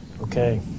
Okay